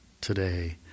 today